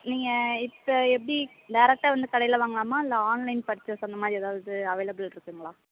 நீங்கள் இப்போ எப்படி டைரெக்டா வந்து கடையில் வாங்கலாமா இல்லை ஆன்லைன் பர்ச்சஸ் அந்த மாதிரி ஏதாவது அவைலபுள் இருக்குதுங்களா